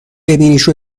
ببینیش